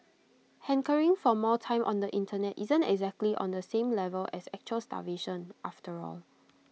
hankering for more time on the Internet isn't exactly on the same level as actual starvation after all